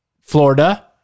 Florida